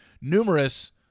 numerous